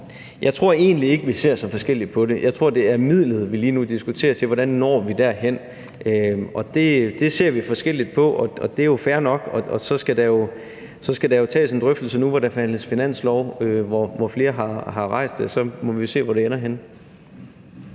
Jeg tror egentlig ikke, at vi ser så forskelligt på det. Jeg tror, det er midlet til, hvordan når vi derhen, vi lige nu diskuterer. Det ser vi forskelligt på, og det er jo fair nok. Og så skal der jo tages en drøftelse nu, hvor der forhandles finanslov, og hvor flere har rejst det, og så må vi se, hvor det ender henne.